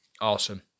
Awesome